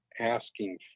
asking